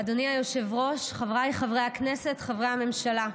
אדוני היושב-ראש, חבריי חברי הכנסת, חברי הממשלה,